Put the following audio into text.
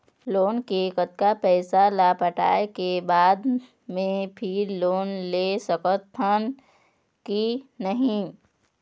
Loan के कतक पैसा ला पटाए के बाद मैं फिर लोन ले सकथन कि नहीं?